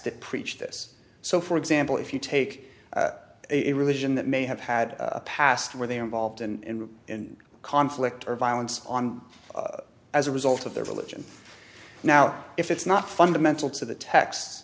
that preached this so for example if you take a religion that may have had a past where they are involved in in conflict or violence on as a result of their religion now if it's not fundamental to the